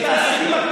תפסיק, תפסיק להמציא.